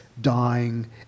dying